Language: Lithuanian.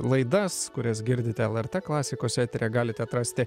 laidas kurias girdite lrt klasikos eteryje galite atrasti